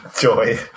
joy